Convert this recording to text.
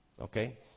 Okay